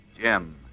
Jim